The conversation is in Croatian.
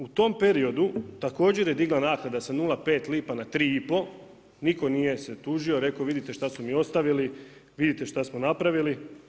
U tom periodu, također je digla naknada sa 0,5 lipa na 3 i pol, nitko se nije tužio, rekao vidite šta su mi ostavili, vidite šta smo napravili.